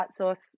outsource